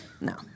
No